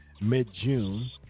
mid-June